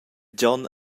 gion